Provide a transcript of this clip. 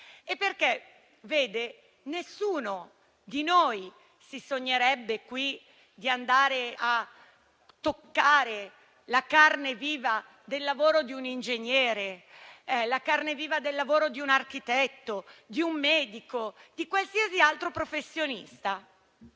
e perché, vede, nessuno di noi si sognerebbe di andare a toccare la carne viva del lavoro di un ingegnere, di un architetto, di un medico o di qualsiasi altro professionista.